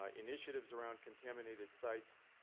ah initiatives around contaminated sites.